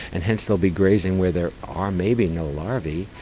and hence they will be grazing where there are maybe no larvae.